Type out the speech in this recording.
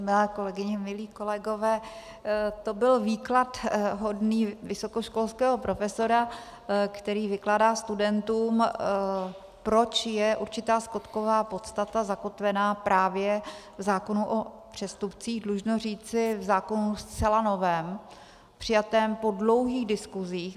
Milé kolegyně, milí kolegové, to byl výklad hodný vysokoškolského profesora, který vykládá studentům, proč je určitá skutková podstata zakotvena právě v zákonu o přestupcích, dlužno říci v zákonu zcela novém, přijatém po dlouhých diskusích.